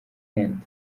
end